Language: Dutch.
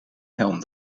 helm